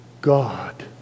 God